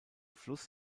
fluss